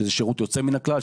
שזה שירות יוצא מן הכלל,